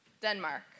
Denmark